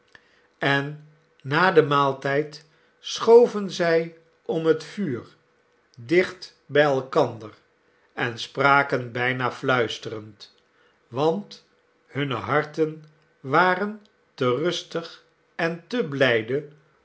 en na den maaltijd schoven zij om het vuur dicht by elkander en spraken b'yna fluisterend want hunne harten waren te rustig en te blijde